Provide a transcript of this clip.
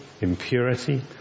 impurity